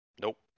nope